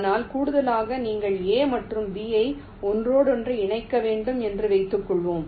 ஆனால் கூடுதலாக நீங்கள் A மற்றும் B ஐ ஒன்றோடொன்று இணைக்க வேண்டும் என்று வைத்துக்கொள்வோம்